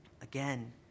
Again